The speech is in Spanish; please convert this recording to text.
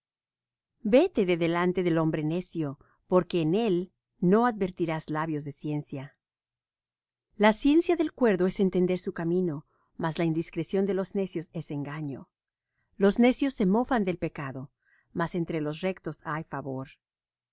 vete de delante del hombre necio porque en él no advertirás labios de ciencia la ciencia del cuerdo es entender su camino mas la indiscreción de los necios es engaño los necios se mofan del pecado mas entre los rectos hay favor